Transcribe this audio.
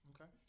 okay